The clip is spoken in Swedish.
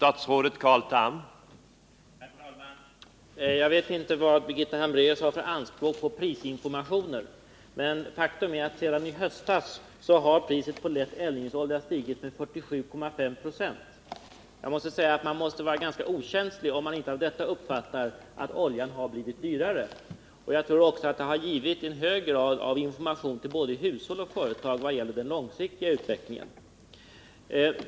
Herr talman! Jag vet inte vad Birgitta Hambraeus har för anspråk på prisinformation, men faktum är att sedan i höstas har priset på lätt eldningsolja stigit med 47,5 96. Man måste vara ganska okänslig om man inte av detta uppfattar att oljan har blivit dyrare. Jag tror också att det har gett en hög grad av information till både hushåll och företag vad gäller den långsiktiga utvecklingen.